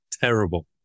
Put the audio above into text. Terrible